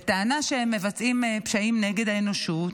בטענה שהם מבצעים פשעים נגד האנושות.